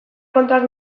kontuak